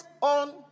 on